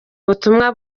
butumwa